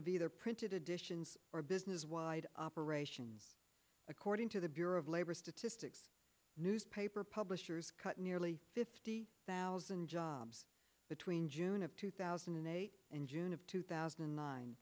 of either printed additions or business wide operations according to the bureau of labor statistics newspaper publishers cut nearly fifty thousand jobs between june of two thousand and eight and june of two thousand